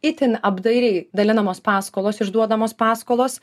itin apdairiai dalinamos paskolos išduodamos paskolos